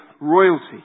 royalty